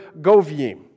govim